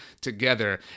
together